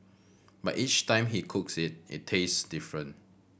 but each time he cooks it it tastes different